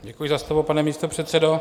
Děkuji za slovo, pane místopředsedo.